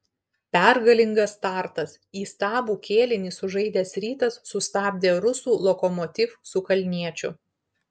pergalingas startas įstabų kėlinį sužaidęs rytas sustabdė rusų lokomotiv su kalniečiu